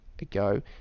ago